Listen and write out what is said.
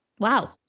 Wow